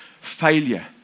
failure